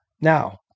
Now